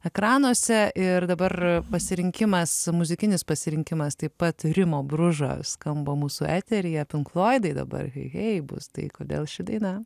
ekranuose ir dabar pasirinkimas muzikinis pasirinkimas taip pat rimo bružo skamba mūsų eteryje pink floidai dabar hei hei bus tai kodėl ši daina